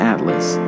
Atlas